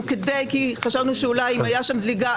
כי חשבנו אולי שאם הייתה שם זליגה,